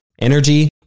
energy